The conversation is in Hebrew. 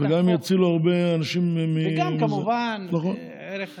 וגם יצילו הרבה אנשים, וגם, כמובן, ערך החיים.